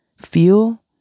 Feel